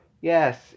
yes